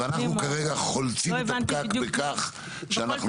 אבל אנחנו כרגע חולצים את הפקק בכך שאנחנו --- לא הבנתי בדיוק.